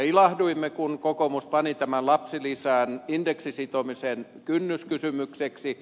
ilahduimme kun kokoomus pani tämän lapsilisän indeksiin sitomisen kynnyskysymykseksi